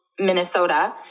Minnesota